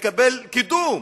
ולקבל קידום.